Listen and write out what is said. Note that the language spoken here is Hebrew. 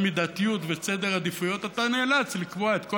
המידתיות ואת סדר העדיפויות אתה נאלץ לקבוע את כל